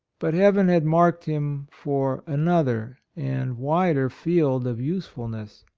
but heaven had marked him for another and wider field of usefulness.